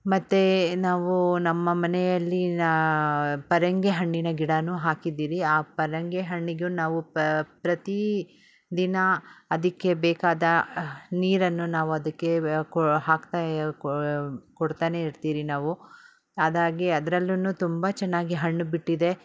ಮತ್ತು ನಾವು ನಮ್ಮ ಮನೆಯಲ್ಲಿ ಪರಂಗಿ ಹಣ್ಣಿನ ಗಿಡ ಹಾಕಿದ್ದೀರಿ ಆ ಪರಂಗಿ ಹಣ್ಣಿಗೂ ನಾವು ಪ್ರತಿ ದಿನ ಅದಕ್ಕೆ ಬೇಕಾದ ನೀರನ್ನು ನಾವು ಅದಕ್ಕೆ ಕೊ ಹಾಕ್ತಾ ಕೊಡ್ತಾನೆ ಇರ್ತಿರಿ ನಾವು ಅದಾಗಿ ಅದ್ರಲ್ಲೂ ತುಂಬ ಚೆನ್ನಾಗಿ ಹಣ್ಣು ಬಿಟ್ಟಿದೆ